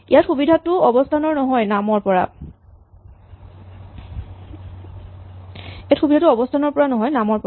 ইয়াত সুবিধাটো অৱস্হানৰ পৰা নহয় নামৰ পৰা